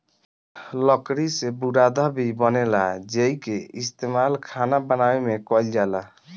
लकड़ी से बुरादा भी बनेला जेइके इस्तमाल खाना बनावे में कईल जाला